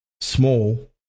Small